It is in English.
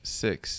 six